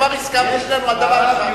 כבר הסכמנו שנינו על דבר אחד.